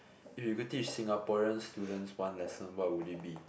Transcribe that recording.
if you go teach Singaporean students one lesson what would it be